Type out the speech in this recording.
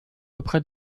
auprès